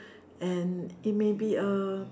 and it may be a